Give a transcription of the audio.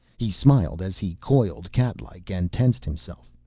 he smiled as he coiled, catlike, and tensed himself.